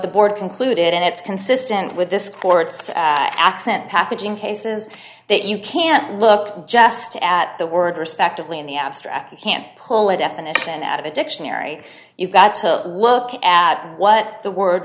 the board concluded and it's consistent with this court's accent pathogen case is that you can't look just at the word respectively in the abstract you can't pull a definition out of a dictionary you've got to look at what the word